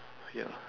ya